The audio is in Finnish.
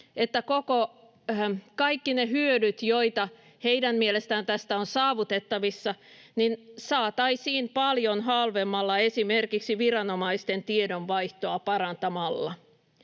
että kaikki ne hyödyt, joita heidän mielestään tästä on saavutettavissa, saataisiin paljon halvemmalla esimerkiksi viranomaisten tiedonvaihtoa parantamalla.